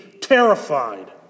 terrified